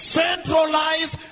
centralize